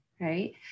right